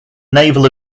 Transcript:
navel